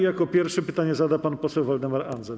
Jako pierwszy pytanie zada pan poseł Waldemar Andzel.